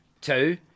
Two